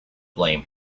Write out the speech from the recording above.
blame